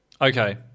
Okay